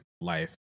life